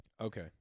Okay